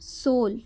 sole